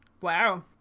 Wow